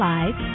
Live